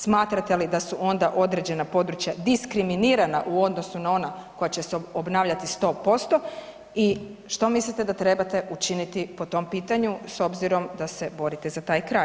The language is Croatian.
Smatrate li da su onda određena područja diskriminirana u odnosu na ona koja će se obnavljati 100% i što mislite da treba učiniti po tom pitanju s obzirom da se borite za taj kraj?